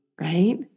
Right